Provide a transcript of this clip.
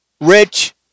rich